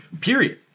period